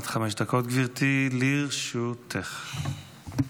עד חמש דקות לרשותך, גברתי.